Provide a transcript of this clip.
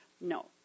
No